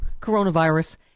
coronavirus